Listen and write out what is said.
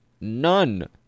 None